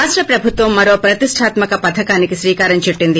రాష్ట ప్రభుత్వం మరో ప్రతిష్లాత్మక పథకానికి శ్రీకారం చుట్లింది